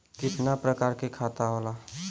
कितना प्रकार के खाता होला?